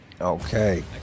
Okay